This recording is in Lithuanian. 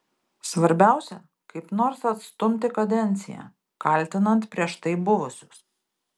svarbiausia kaip nors atstumti kadenciją kaltinant prieš tai buvusius